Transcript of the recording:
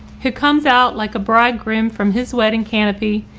who comes out like a bridegroom from his wedding canopy,